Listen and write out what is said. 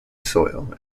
soil